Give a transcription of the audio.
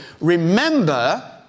remember